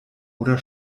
oder